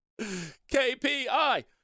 kpi